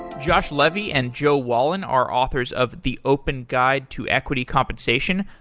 josh levy and joe wallin are authors of the open guide to equity compensation.